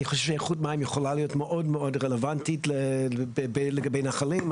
אני חושב שאיכות מים יכולה להיות מאוד מאוד רלוונטית לגבי נחלים.